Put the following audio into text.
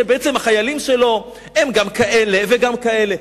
בעצם החיילים שלו הם גם כאלה וגם כאלה.